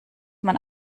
man